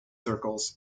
circles